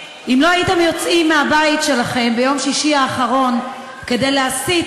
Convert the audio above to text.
אם לא הייתם יוצאים מהבית שלכם ביום שישי האחרון כדי להסית